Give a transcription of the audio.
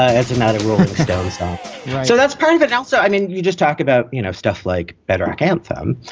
ah it's about a rolling stones so that's part of but it. also, i mean, you just talk about, you know, stuff like better rock anthem,